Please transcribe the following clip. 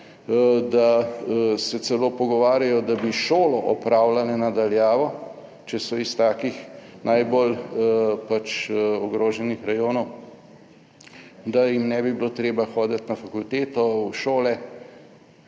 da se celo pogovarjajo, da bi šolo opravljale na daljavo, če so iz takih najbolj pač ogroženih rajonov, da jim ne bi bilo treba hoditi na fakulteto, v šole,